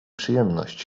przyjemność